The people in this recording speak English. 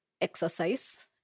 exercise